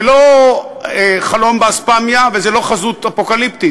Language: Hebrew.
זה לא חלום באספמיה, וזה לא חזות אפוקליפטית.